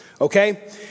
okay